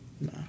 No